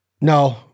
no